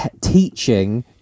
teaching